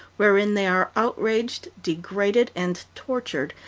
wherein they are outraged, degraded, and tortured,